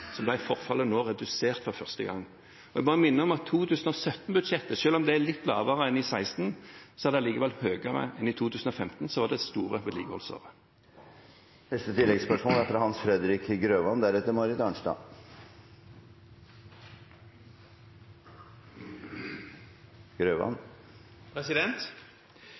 forfallet nå redusert for første gang. Jeg bare minner om at 2017-budsjettet, selv om det er litt lavere enn i 2016, likevel er høyere enn i 2015, som var det store vedlikeholdsåret. Hans Fredrik Grøvan